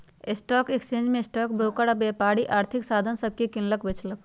stock exchange में stock broker आऽ व्यापारी आर्थिक साधन सभके किनलक बेचलक